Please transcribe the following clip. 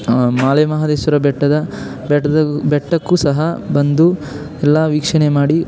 ಮಾಲೆ ಮಹದೇಶ್ವರ ಬೆಟ್ಟದ ಬೆಟ್ಟದಾಗೂ ಬೆಟ್ಟಕ್ಕೂ ಸಹ ಬಂದು ಎಲ್ಲ ವೀಕ್ಷಣೆ ಮಾಡಿ